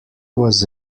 was